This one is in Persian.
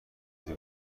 دزدی